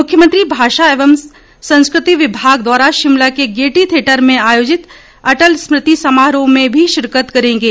मुख्यमंत्री भाषा एवं संस्कृति विभाग द्वारा शिमला के गियेटी थियेटर में आयोजित अटल स्मृति समारोह में भी शिरकत करेंगे